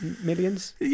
millions